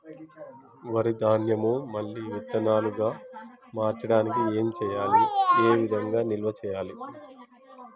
వరి ధాన్యము మళ్ళీ విత్తనాలు గా మార్చడానికి ఏం చేయాలి ఏ విధంగా నిల్వ చేయాలి?